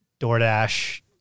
DoorDash